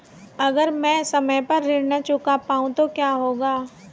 अगर म ैं समय पर ऋण न चुका पाउँ तो क्या होगा?